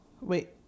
Wait